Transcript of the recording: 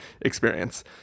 experience